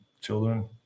children